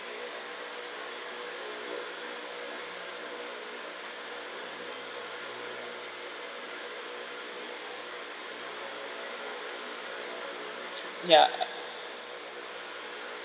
ya